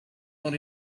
more